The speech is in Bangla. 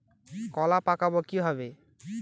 কলা পাকাবো কিভাবে?